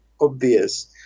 obvious